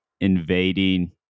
invading